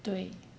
对